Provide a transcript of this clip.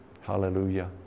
Hallelujah